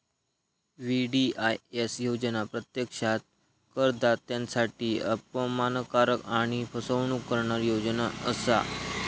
VDIS योजना प्रत्यक्षात करदात्यांसाठी अपमानकारक आणि फसवणूक करणारी योजना असा